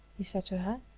he said to her,